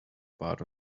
part